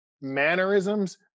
mannerisms